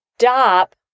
stop